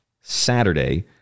Saturday